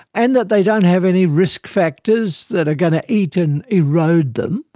and that they don't have any risk factors that are going to eat and erode them.